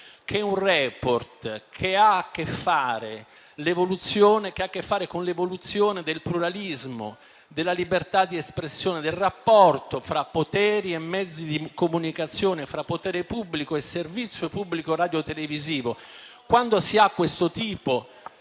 a un *report* che ha a che fare con l'evoluzione del pluralismo, della libertà di espressione, del rapporto fra poteri e mezzi di comunicazione, fra potere pubblico e servizio pubblico radiotelevisivo, e si risponde